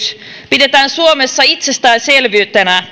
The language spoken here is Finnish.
pidetään suomessa itsestäänselvyytenä